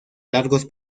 largos